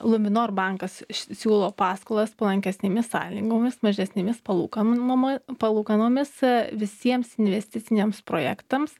luminor bankas siūlo paskolas palankesnėmis sąlygomis mažesnėmis palūkanų noma palūkanomis visiems investiciniams projektams